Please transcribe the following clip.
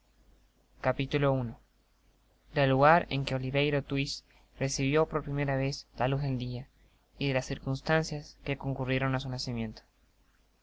capítulo primero del lugar en que oliverio twist recibió por primera vez la luz del dia y de las circunstancias que concurrieron á su nacimiento